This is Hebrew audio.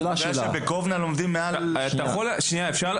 בקובנה לומדים מעל --- אתה לא